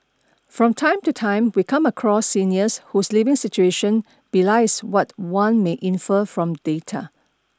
from time to time we come across seniors whose living situation belies what one may infer from data